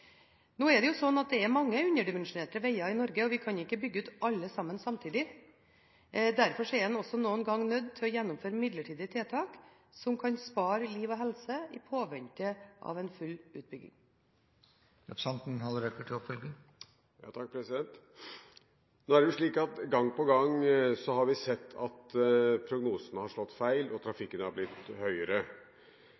Det er mange underdimensjonerte veger i Norge, og vi kan ikke bygge ut alle samtidig. Derfor er vi noen ganger nødt til å gjennomføre midlertidige tiltak som kan spare liv og helse, i påvente av en full utbygging. Nå har vi gang på gang sett at prognosene har slått feil, og at trafikken har blitt sterkere. Oslo Economics lagde i fjor en rapport som analyserte prognoser og faktisk trafikkutvikling på gitte strekninger i Norge. Denne rapporten viser at